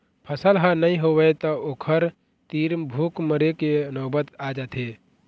फसल ह नइ होवय त ओखर तीर भूख मरे के नउबत आ जाथे